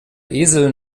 esel